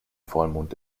vollmond